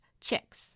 chicks